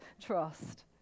trust